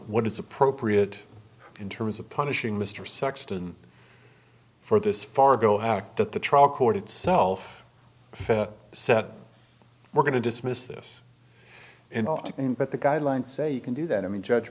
what is appropriate in terms of punishing mr sexton for this fargo act that the trial court itself said we're going to dismiss this but the guidelines say you can do that i mean judge